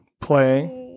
Play